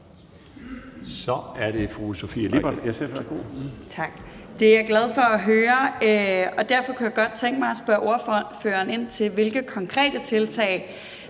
Kl. 20:58 Sofie Lippert (SF): Tak. Det er jeg glad for at høre, og derfor kunne jeg godt tænke mig at spørge ordføreren om, hvilke konkrete tiltag